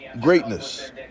greatness